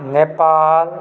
Nepal